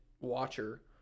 watcher